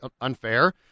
unfair